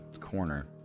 corner